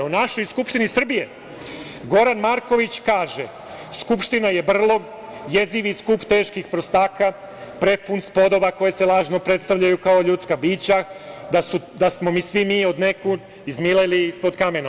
O našoj Skupštini Srbije Goran Marković kaže - Skupština je brlog, jezivi skup teških prostaka prepun spodoba koje se lažno predstavljaju kao ljudska bića, da smo svi mi od nekud izmileli ispod kamena.